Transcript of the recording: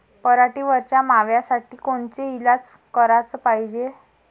पराटीवरच्या माव्यासाठी कोनचे इलाज कराच पायजे?